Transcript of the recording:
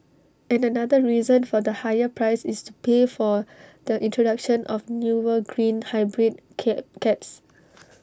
and another reason for the higher price is to pay for the introduction of newer green hybrid cab cabs